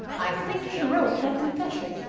i think she wrote that confession.